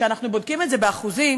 כשאנחנו בודקים את זה באחוזים,